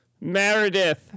Meredith